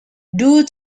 due